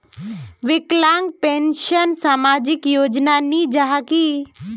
विकलांग पेंशन सामाजिक योजना नी जाहा की?